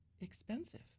expensive